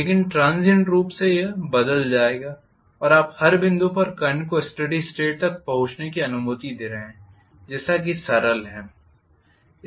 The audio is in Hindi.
लेकिन ट्रांसीएंट रूप से यह बदल जाएगा और आप हर बिंदु पर करंट को स्टेडी स्टेट तक पहुंचने की अनुमति दे रहे हैं जैसा कि सरल है